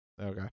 Okay